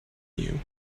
you